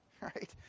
right